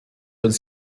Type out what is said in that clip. uns